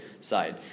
side